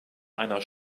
einer